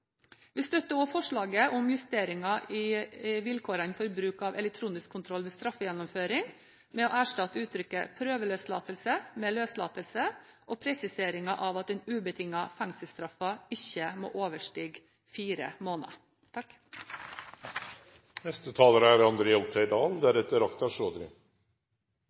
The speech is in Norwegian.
Vi støtter derfor forslaget fra regjeringen. Vi støtter også forslaget om justeringen i vilkårene for bruk av elektronisk kontroll ved straffegjennomføring, gjennom å erstatte uttrykket «prøveløslatelse» med «løslatelse», og presiseringen av at den ubetingede fengselsstraffen ikke må overstige fire måneder.